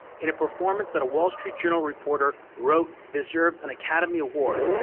in a performance that a wall street journal reporter wrote deserved an academy award,